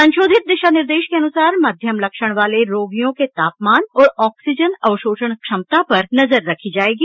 संशोधित दिशानिर्देश के अनुसार मध्यम लक्षण वाले रोगियों के तापमान और ऑक्सीजन अवशोषण क्षमता पर नजर रखी जाएगी